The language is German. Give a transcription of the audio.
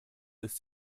ist